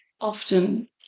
often